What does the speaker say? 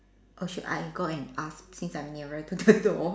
or should I go and ask since I'm nearer to the door